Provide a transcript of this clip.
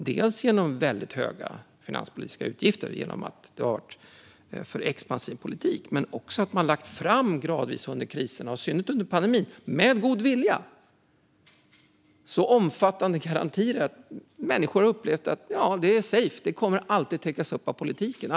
Det har skett dels genom höga finanspolitiska utgifter, en för expansiv politik, dels därför att vi med en god vilja lagt fram så omfattande garantier att människor har upplevt att allt är safe. Alla våra utgifter kommer alltid att täckas upp av politiken.